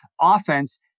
offense